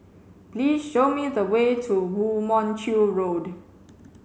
please show me the way to Woo Mon Chew Road